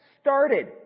started